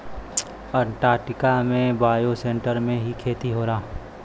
Antarctica में bioshelter में ही खेती होला